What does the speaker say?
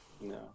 No